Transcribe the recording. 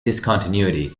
discontinuity